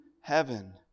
heaven